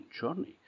journey